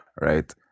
right